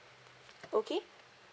okay